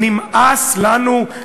נמאס לנו,